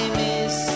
miss